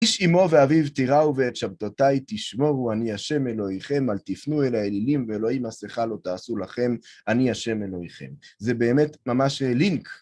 איש אמו ואביו תיראו ואת שבתותי תשמורו אני השם אלוהיכם, אל תפנו אל האלילים ואלוהי מסכה לא תעשו לכם, אני השם אלוהיכם. זה באמת ממש לינק.